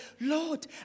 Lord